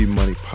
Money